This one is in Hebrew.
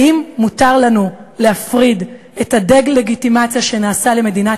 האם מותר לנו להפריד את הדה-לגיטימציה שנעשית למדינת